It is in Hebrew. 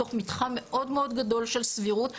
בתוך מתחם מאוד מאוד גדול של סבירות,